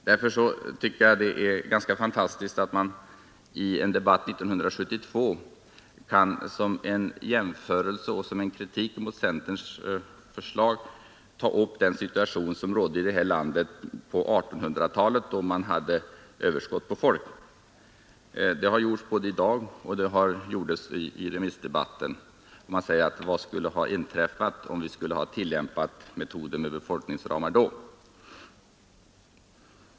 Därför tycker jag att det är ganska fantastiskt att man i en debatt 1972 kan, som en jämförelse och som en kritik mot centerns förslag, ta upp den situation som rådde i det här landet på 1800-talet, då man hade överskott på folk. Det har gjorts både i dag och under remissdebatten. Man har frågat: Vad skulle ha inträffat om vi skulle ha tillämpat metoden med befolkningsramar då?